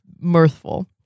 mirthful